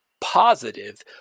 positive